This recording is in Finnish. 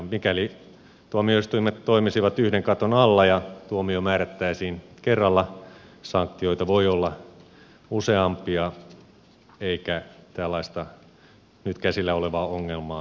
mikäli tuomioistuimet toimisivat yhden katon alla ja tuomio määrättäisiin kerralla sanktioita voisi olla useampia eikä tällaista nyt käsillä olevaa ongelmaa olisi